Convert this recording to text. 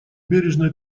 бережное